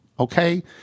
Okay